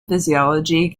physiology